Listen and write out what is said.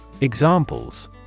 Examples